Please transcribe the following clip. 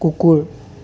কুকুৰ